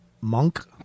Monk